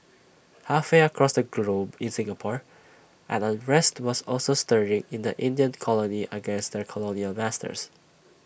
halfway across the globe in Singapore an unrest was also stirring in the Indian colony against their colonial masters